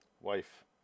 Wife